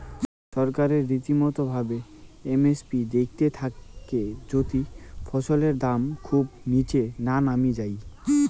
ছরকার রীতিমতো ভাবে এম এস পি দেইখতে থাকে যাতি ফছলের দাম খুব নিচে না নামি যাই